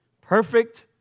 Perfect